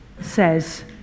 says